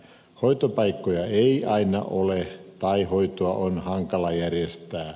hoitopaikkoja ei aina ole tai hoitoa on hankala järjestää